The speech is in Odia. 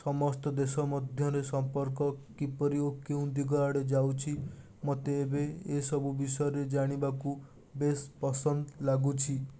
ସମସ୍ତ ଦେଶ ମଧ୍ୟରେ ସମ୍ପର୍କ କିପରି ଓ କେଉଁ ଦିଗ ଆଡ଼େ ଯାଉଛି ମୋତେ ଏବେ ଏସବୁ ବିଷୟରେ ଜାଣିବାକୁ ବେଶ୍ ପସନ୍ଦ ଲାଗୁଛି